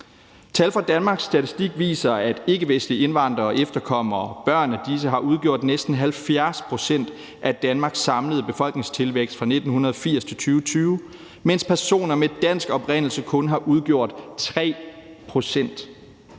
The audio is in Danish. Tal fra Danmarks Statistik viser, at ikkevestlige indvandrere og efterkommere og børn af disse har udgjort næsten 70 pct. af Danmarks samlede befolkningstilvækst fra 1980 til 2020, mens personer med dansk oprindelse kun har udgjort 3 pct.